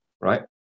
right